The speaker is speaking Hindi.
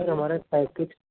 सर हमारा पैकेज